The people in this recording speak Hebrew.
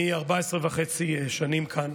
אני 14 שנים וחצי כאן.